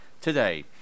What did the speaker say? today